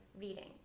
reading